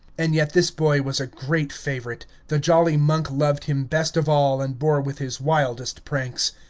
and yet this boy was a great favorite. the jolly monk loved him best of all and bore with his wildest pranks.